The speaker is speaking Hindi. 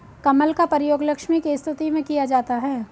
कमल का प्रयोग लक्ष्मी की स्तुति में किया जाता है